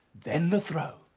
then the throw.